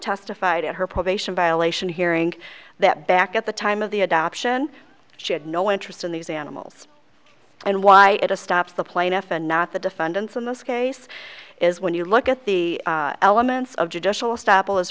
testified at her probation violation hearing that back at the time of the adoption she had no interest in these animals and why it a stops the plaintiff and not the defendants in this case is when you look at the elements of judicial st